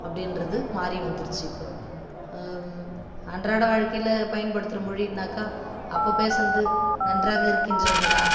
அப்படின்றது மாதிரி வந்துடுச்சு இப்போ அன்றாட வாழ்க்கையில் பயன்படுத்துகிற மொழின்னாக்கா அப்போ பேசுனது நன்றாக இருக்கின்றீர்களா